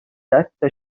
صدتا